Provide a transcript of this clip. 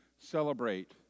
celebrate